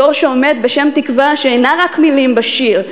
דור שעומד בשם תקווה שאינה רק מילים בשיר,